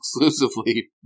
exclusively